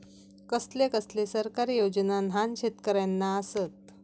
कसले कसले सरकारी योजना न्हान शेतकऱ्यांना आसत?